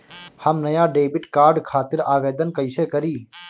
हम नया debit card खातिर आवेदन कईसे करी?